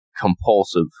compulsive